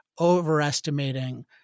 overestimating